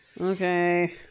Okay